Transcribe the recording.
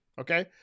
Okay